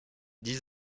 dix